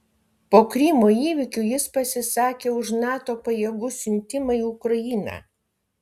po krymo įvykių jis pasisakė už nato pajėgų siuntimą į ukrainą